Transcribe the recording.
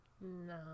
No